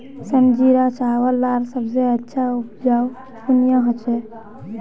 संजीरा चावल लार सबसे अच्छा उपजाऊ कुनियाँ होचए?